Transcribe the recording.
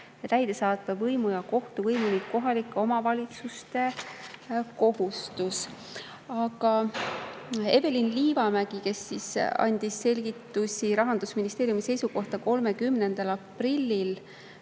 täidesaatva ja kohtuvõimu ning kohalike omavalitsuste kohustus. Aga Evelyn Liivamägi, kes andis selgitusi Rahandusministeeriumi seisukoha kohta 30. aprillil